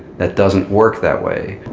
that doesn't work that way.